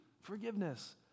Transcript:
forgiveness